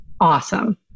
awesome